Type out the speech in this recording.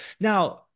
now